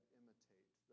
imitate